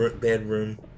bedroom